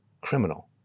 criminal